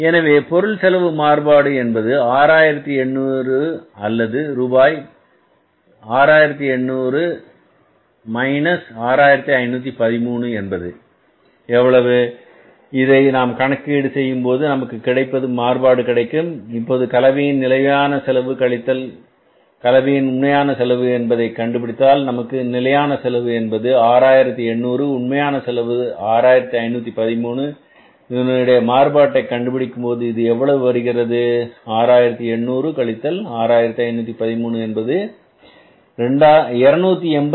எனவே பொருள் செலவு மாறுபாடு என்பது 6800 அல்லது ரூபாய் 6800 ரூபாய் 6800 6513 என்பது எவ்வளவு இதை நாம் கணக்கீடு செய்யும் போது நமக்கு மாறுபாடு கிடைக்கும் இப்போது கலவையின் நிலையான செலவு கழித்தல் கலவையின் உண்மையான செலவு என்பதை கண்டுபிடித்தால் நமக்கு நிலையான செலவு என்பது 6800 உண்மையான செலவு என்பது 6513 இதனுடைய மாறுபாட்டை கண்டுபிடிக்கும் போது இது எவ்வளவு வருகிறது 6800 கழித்தல் 6513 என்பது 286